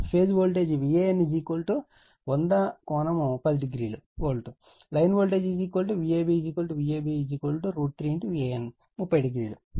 phase voltage Van 100 ∠10o volt అయితే line voltage Vab VAB √ 3 Van ∠30o గా అవుతుంది